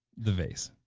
the vase.